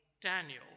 Daniel